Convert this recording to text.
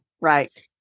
right